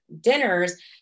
dinners